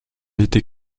été